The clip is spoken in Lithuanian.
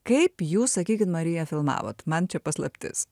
kaip jūs sakykit marija filmavot man čia paslaptis